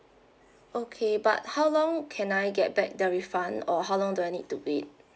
okay but how long can I get back the refund or how long do I need to wait